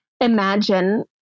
Imagine